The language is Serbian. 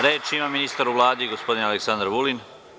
Reč ima ministar u Vladi, gospodin Aleksandar Vulin.